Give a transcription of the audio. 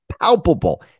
palpable